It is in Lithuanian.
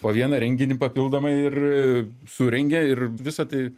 po vieną renginį papildomai ir surengia ir visa tai